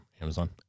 Amazon